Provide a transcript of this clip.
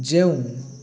ଯେଉଁ